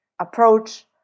approach